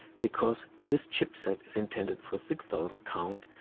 because this chipset is intended for six thousand count,